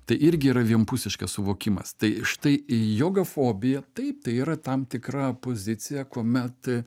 tai irgi yra vienpusiškas suvokimas tai štai jogafobija taip tai yra tam tikra pozicija kuomet